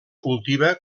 cultiva